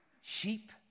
sheep